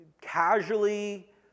casually